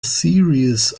series